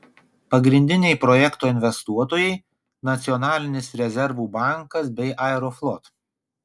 pagrindiniai projekto investuotojai nacionalinis rezervų bankas bei aeroflot